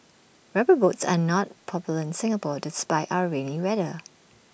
rubber boots are not popular in Singapore despite our rainy weather